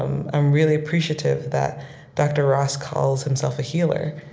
um i'm really appreciative that dr. ross calls himself a healer,